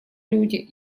люди